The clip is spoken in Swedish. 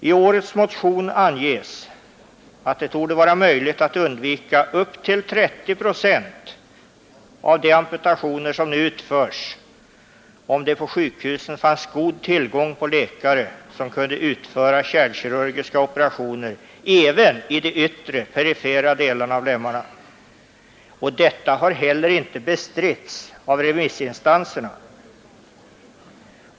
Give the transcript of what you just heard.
I årets motion anges att det torde vara möjligt att undvika upp till 30 procent av de amputationer som nu utförs om det vid sjukhusen fanns god tillgång på läkare som kunde utföra kärlkirurgiska operationer även i de perifera delarna av lemmarna. Detta har inte heller bestritts av remissinstanserna.